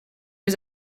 was